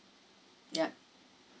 yup